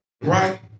Right